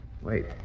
Wait